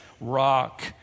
rock